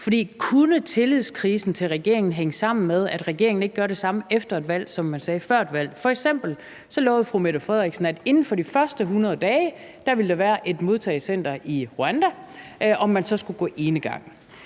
kunne tillidskrisen til regeringen hænge sammen med, at regeringen ikke gør det samme efter et valg, som man sagde før et valg? F.eks. lovede fru Mette Frederiksen, at inden for de første 100 dage ville der være et modtagecenter i Rwanda, om man så skulle gå enegang,